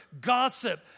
gossip